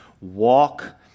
Walk